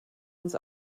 uns